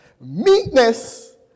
Meekness